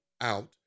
out